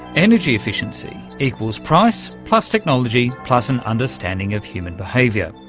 energy efficiency equals price plus technology plus an understanding of human behaviour.